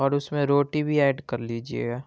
اور اس میں روٹی بھی ایڈ کر لیجیے گا